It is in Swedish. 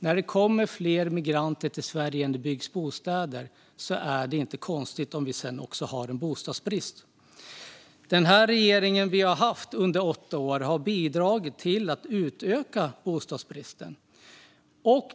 När det kommer fler migranter till Sverige än det byggs bostäder är det inte konstigt att vi sedan har bostadsbrist. Den regering vi har haft under åtta år har bidragit till att utöka bostadsbristen.